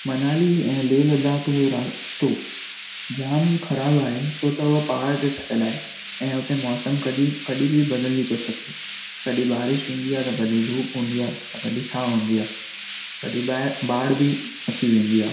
मनाली ऐं लेह लद्दाख जो रास्तो जाम ख़राबु आहे छो त उहो पहाड़ ते ठहियल आहे ऐं उते मौसम कॾहिं कॾहिं बि बदिलिजी थो सघे कॾहिं बारिश हूंदी आहे त कॾहिं धुप हूंदी आहे त कॾहिं छांव हूंदी आहे कॾहिं बाड़ बि अची वेंदी आहे